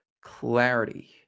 clarity